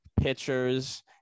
pitchers